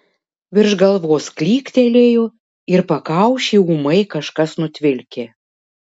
virš galvos klyktelėjo ir pakaušį ūmai kažkas nutvilkė